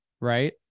Right